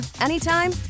anytime